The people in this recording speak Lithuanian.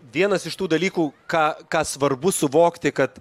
vienas iš tų dalykų ką ką svarbu suvokti kad